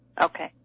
Okay